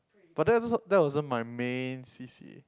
but that~ that wasn't my main c_c_a